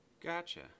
Gotcha